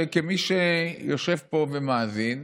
כמי שיושב פה ומאזין,